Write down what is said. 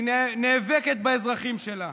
היא נאבקת באזרחים שלה.